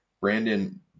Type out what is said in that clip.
Brandon